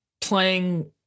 playing